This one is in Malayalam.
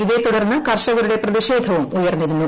ഇതേ തുടർന്ന് കർഷകരുടെ പ്രതിഷേധവും ഉയർന്നിരുന്നു